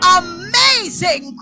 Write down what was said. amazing